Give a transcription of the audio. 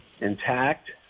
intact